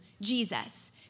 Jesus